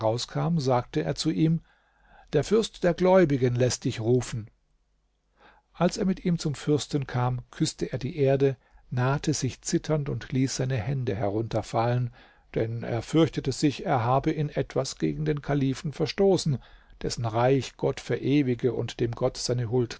sagte er zu ihm der fürst der gläubigen läßt dich rufen als er mit ihm zum fürsten kam küßte er die erde nahte sich zitternd und ließ seine hände herunterfallen denn er fürchtete sich er habe in etwas gegen den kalifen verstoßen dessen reich gott verewige und dem gott seine huld